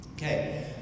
Okay